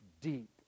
deep